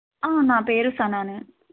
నా పేరు సనానే